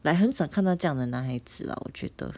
like 很少看到这样的男孩子 lah 我觉得